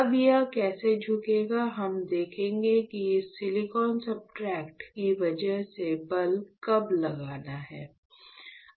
अब यह कैसे झुकेगा हम देखेंगे कि इस सिलिकॉन सब्सट्रेट की वजह से बल कब लगाना है